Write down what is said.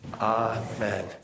Amen